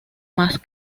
más